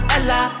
Ella